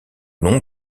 long